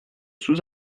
sous